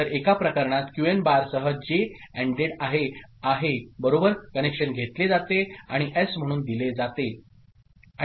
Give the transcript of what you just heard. तर एका प्रकरणात क्यूएन बारसह जे अँड्ड आहे बरोबर कनेक्शन घेतले जाते आणि एस म्हणून दिले जाते